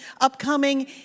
upcoming